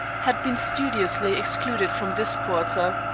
had been studiously excluded from this quarter.